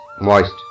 moist